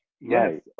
Yes